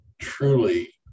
truly